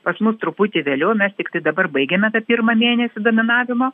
pas mus truputį vėliau mes tiktai dabar baigiame tą pirmą mėnesį dominavimo